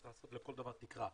צריך לעשות לכל דבר תקרה.